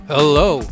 Hello